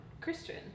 Christian